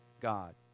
God